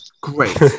great